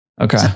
Okay